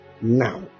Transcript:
Now